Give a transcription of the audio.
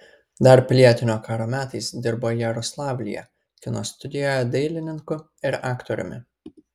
dar pilietinio karo metais dirbo jaroslavlyje kino studijoje dailininku ir aktoriumi